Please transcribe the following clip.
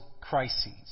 crises